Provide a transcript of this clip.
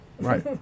Right